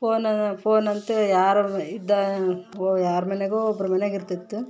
phone phone ಅಂತು ಯಾರು ಅವ್ರು ಇದ್ದ ಯಾರಮನೆಗೋ ಒಬ್ರು ಮನೇಗೆ ಇರ್ತಿತ್ತು